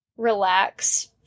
relax